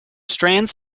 strands